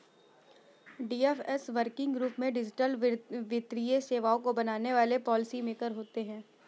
DFS working group में digital वित्तीय सेवाओं को बनाने वाले पॉलिसी मेकर होते हैं